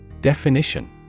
Definition